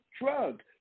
drug